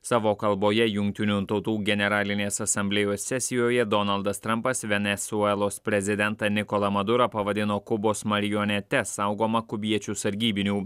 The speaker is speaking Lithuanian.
savo kalboje jungtinių tautų generalinės asamblėjos sesijoje donaldas trampas venesuelos prezidentą nikolą madurą pavadino kubos marionete saugoma kubiečių sargybinių